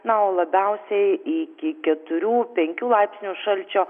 na o labiausiai iki keturių penkių laipsnių šalčio